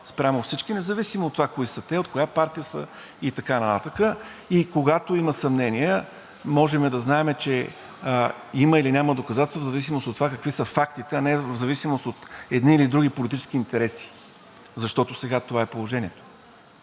спрямо всички независимо от това кои са те, от коя партия са и така нататък, и когато има съмнения, можем да знаем, че има или няма доказателства в зависимост от това какви са фактите, а не в зависимост от едни или други политически интереси, защото сега това е положението.